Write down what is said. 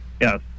Yes